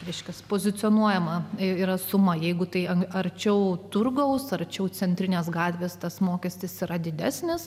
viskas pozicionuojama yra sumą jeigu tai arčiau turgaus arčiau centrinės gatvės tas mokestis yra didesnis